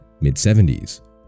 mid-70s